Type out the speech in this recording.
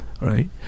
right